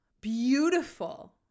beautiful